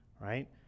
right